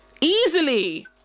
Easily